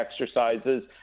exercises